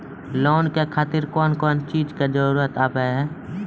Loan के खातिर कौन कौन चीज के जरूरत हाव है?